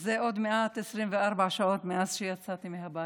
זה עוד מעט 24 שעות מאז יצאתי מהבית,